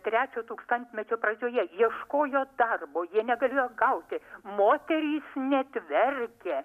trečio tūkstantmečio pradžioje ieškojo darbo jie negalėjo gauti moterys net verkė